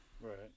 Right